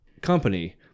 company